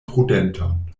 prudenton